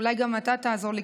אולי גם אתה תעזור לי,